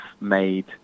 made